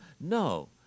no